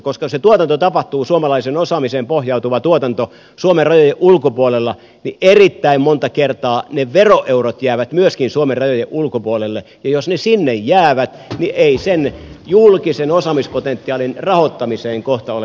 koska se suomalaiseen osaamiseen pohjautuva tuotanto tapahtuu suomen rajojen ulkopuolella niin erittäin monta kertaa ne veroeurot jäävät myöskin suomen rajojen ulkopuolelle ja jos ne sinne jäävät niin ei sen julkisen osaamispotentiaalin rahoittamiseen kohta ole taas eväitä olemassa